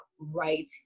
right